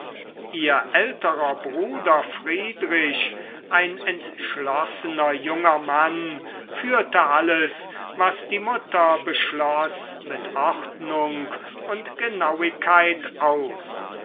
ihr älterer bruder friedrich ein entschlossener junger mann führte alles was die mutter beschloß mit ordnung und genauigkeit aus